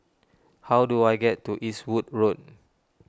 how do I get to Eastwood Road